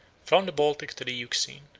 from the baltic to the euxine,